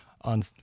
on